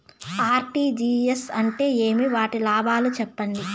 RTGS అంటే ఏమి? వాటి లాభాలు సెప్పండి?